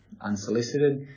unsolicited